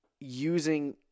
Using